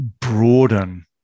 broaden